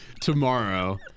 tomorrow